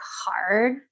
hard